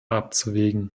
abzuwägen